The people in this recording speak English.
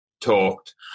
talked